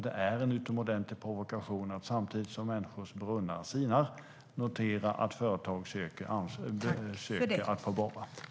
Det är en utomordentlig provokation att samtidigt som människors brunnar sinar notera att företag söker att få borra.